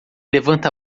levanta